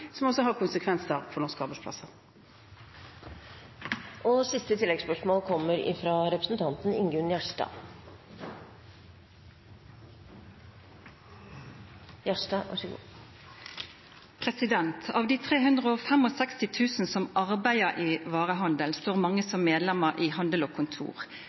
som også har konsekvenser for norske arbeidsplasser. Ingunn Gjerstad – til oppfølgingsspørsmål. Av de 365 000 som arbeider i varehandelen, står mange som medlemmer i Handel og Kontor